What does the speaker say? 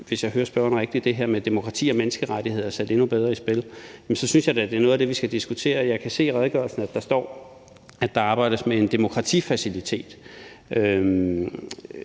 hvis jeg hører spørgeren rigtigt – det her med demokrati og menneskerettigheder sat endnu bedre i spil, synes jeg da, at det er noget af det, vi skal diskutere. Og jeg kan se i redegørelsen, at der står, at der arbejdes med en demokratifacilitet